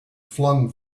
flung